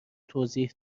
توضیح